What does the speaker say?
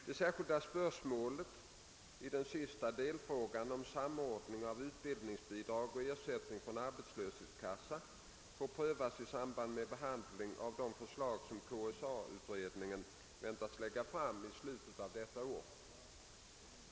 Det särskilda spörsmålet i den sista delfrågan om samordning av utbildningsbidrag och ersättning från arbetslöshetskassa får prövas i samband med behandlingen av de förslag som KSA utredningen väntas lägga fram i slutet av detta år.